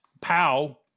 Pow